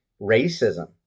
racism